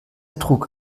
trug